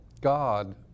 God